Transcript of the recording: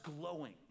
glowing